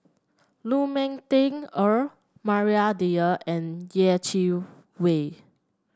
Lu Ming Teh Earl Maria Dyer and Yeh Chi Wei